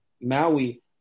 Maui